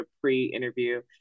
pre-interview